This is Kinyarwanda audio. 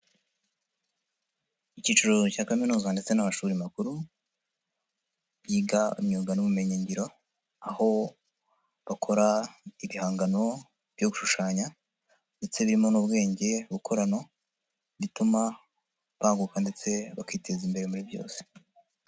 Icyiciro cya kaminuza ndetse n'amashuri makuru yiga imyuga n'ubumenyi ngiro aho bakora ibihangano byo gushushanya ndetse birimo n'ubwenge bukorano, bituma baguka ndetse bakiteza imbere muri byose.